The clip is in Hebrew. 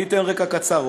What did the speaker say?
אני אתן רקע קצר.